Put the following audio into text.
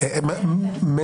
גם